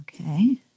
Okay